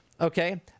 Okay